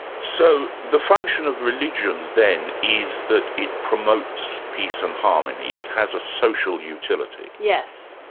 so the function of religion then is that it promotes peace and harmony. it has a social utility? yes,